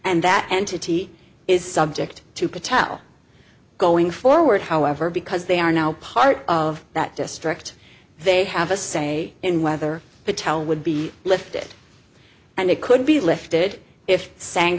and that entity is subject to patel going forward however because they are now part of that district they have a say in whether patel would be lifted and it could be lifted if sang